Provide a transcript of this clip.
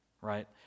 right